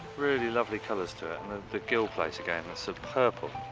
really lovely colours to and to gill plates again are so purple.